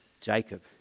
Jacob